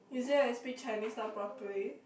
is it I speak Chinese not properly